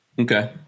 okay